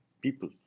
people